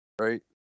Right